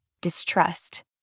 distrust